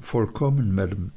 vollkommen